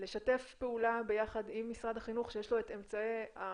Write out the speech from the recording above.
לשתף פעולה ביחד עם משרד החינוך שיש לו גם את